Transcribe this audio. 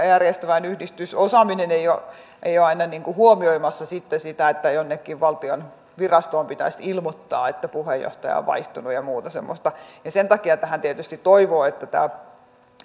järjestöväen yhdistysosaaminen ei ole aina huomioimassa sitten sitä että jonnekin valtion virastoon pitäisi ilmoittaa että puheenjohtaja on vaihtunut ja muuta semmoista sen takia tähän tietysti toivoo että tämä